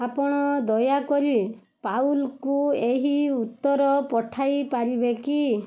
ଆପଣ ଦୟାକରି ପାଉଲ୍କୁ ଏହି ଉତ୍ତର ପଠାଇ ପାରିବେ କି